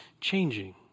changing